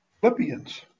Philippians